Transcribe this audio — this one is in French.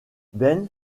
ben